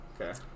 Okay